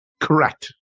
Correct